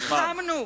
נלחמנו,